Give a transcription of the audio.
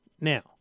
Now